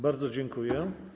Bardzo dziękuję.